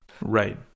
Right